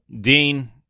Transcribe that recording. Dean